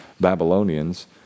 Babylonians